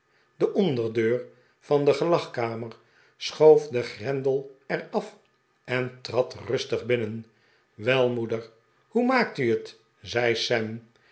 de onderdeur van de gelagkamer schoof den grendel er af en trad rustig binnen wel moeder hoe maakt u het zei